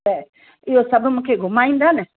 त इहो सभु मूंखे घुमाईंदा न